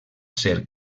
ser